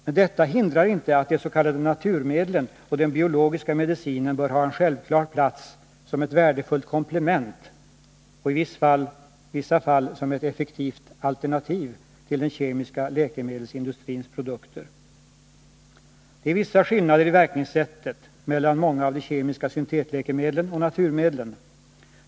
Men detta hindrar inte att de s.k. naturmedlen och den biologiska medicinen bör ha en självklar plats som ett värdefullt komplement — och i vissa fall som ett effektivt alternativ — till den kemiska läkemedelsindustrins produkter. Det är vissa skillnader i verkningssättet mellan många av de kemiska syntetläkemedlen och naturmedlen.